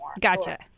Gotcha